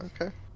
Okay